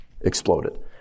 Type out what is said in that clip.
exploded